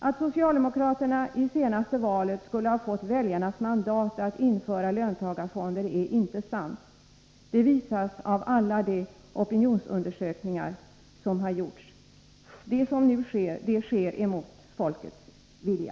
Att socialdemokraterna i senaste valet skulle ha fått väljarnas mandat att införa löntagarfonder är inte sant. Det visas av alla de opinionsundersökningar som gjorts. Det som nu sker, det sker mot folkets vilja.